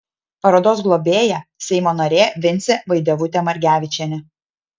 parodos globėja seimo narė vincė vaidevutė margevičienė